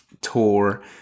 tour